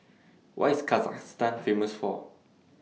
What IS Kazakhstan Famous For